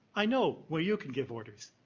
i know. well, you can give orders.